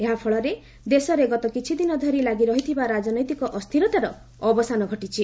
ଏହାଫଳରେ ଦେଶରେ ଗତ କିଛିଦିନ ଧରି ଲାଗି ରହିଥିବା ରାଜନୈତିକ ଅସ୍ଥିରତାର ଅବସାନ ଘଟିଛି